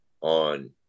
on